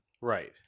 Right